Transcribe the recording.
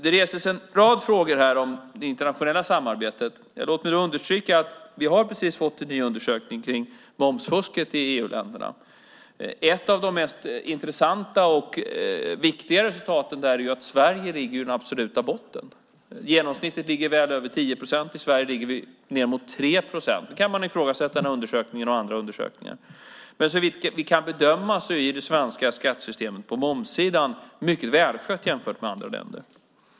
Det togs upp en rad frågor om det internationella samarbetet. Låt mig understryka att vi precis har fått en ny undersökning om momsfusket i EU-länderna. Ett av de intressantaste och viktigaste resultaten är att Sverige ligger i den absoluta botten. Genomsnittet ligger väl över 10 procent. I Sverige ligger vi ned mot 3 procent. Man kan ifrågasätta denna undersökning och andra undersökningar, men såvitt vi kan bedöma är det svenska skattesystemet på momssidan mycket välskött jämfört med andra länder.